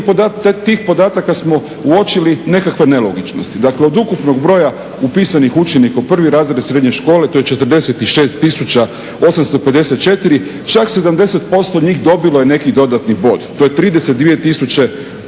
podataka smo uočili nekakve nelogičnosti. Dakle, od ukupnog broja upisanih učenika u prvi razred srednje škole to je 46854. Čak 70% njih dobilo je neki dodatni bod. To je 33000